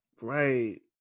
Right